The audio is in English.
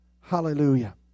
Hallelujah